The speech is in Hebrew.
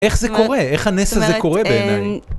איך זה קורה? איך הנס הזה קורה בעיניי?